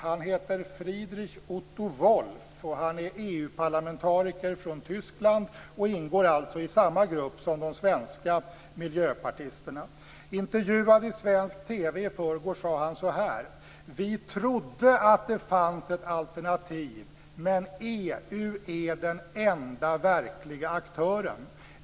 Han heter Friedrich Otto Wolf, och han är EU-parlamentariker från Tyskland och ingår alltså i samma grupp som de svenska miljöpartisterna. Intervjuad i svensk TV i förrgår sade han så här: Vi trodde att det fanns ett alternativ, men EU är den enda verkliga aktören.